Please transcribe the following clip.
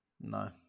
No